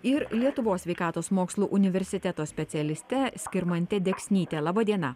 ir lietuvos sveikatos mokslų universiteto specialiste skirmante deksnyte laba diena